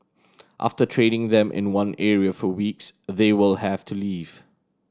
after training them in one area for weeks they will have to leave